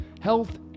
health